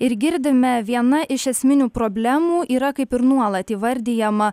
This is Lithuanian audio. ir girdime viena iš esminių problemų yra kaip ir nuolat įvardijama